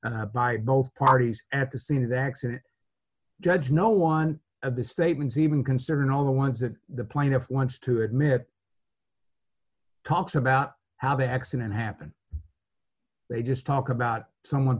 by both parties at the scene of the accident judge no one of the statements even considered all the ones that the plaintiff wants to admit talks about how the accident happened they just talk about someone